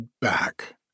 back